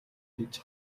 гэж